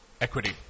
equity